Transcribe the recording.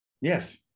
Yes